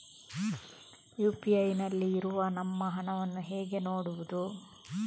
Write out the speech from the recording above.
UPI ನಲ್ಲಿ ಇರುವ ನಮ್ಮ ಹಣವನ್ನು ಹೇಗೆ ನೋಡುವುದು?